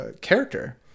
character